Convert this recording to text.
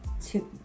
two